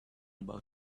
about